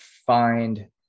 find